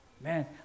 Man